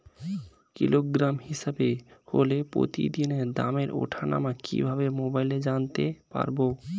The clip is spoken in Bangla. কিলোগ্রাম হিসাবে হলে প্রতিদিনের দামের ওঠানামা কিভাবে মোবাইলে জানতে পারবো?